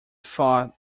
thought